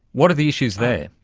what are the issues there?